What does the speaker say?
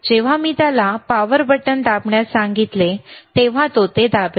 जेव्हा मी त्याला पॉवर बटण दाबण्यास सांगितले तेव्हा तो ते दाबेल